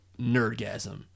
Nerdgasm